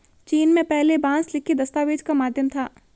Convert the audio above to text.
चीन में पहले बांस लिखित दस्तावेज का माध्यम था